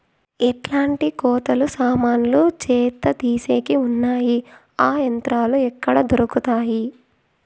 ఎట్లాంటి కోతలు సామాన్లు చెత్త తీసేకి వున్నాయి? ఆ యంత్రాలు ఎక్కడ దొరుకుతాయి?